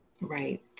Right